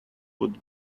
would